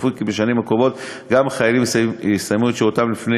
צפוי כי בשנים הקרובות גם חיילים יסיימו את שירותם לפני